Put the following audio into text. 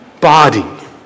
body